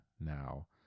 now